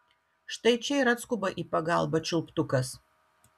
štai čia ir atskuba į pagalbą čiulptukas